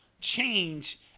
change